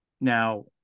Now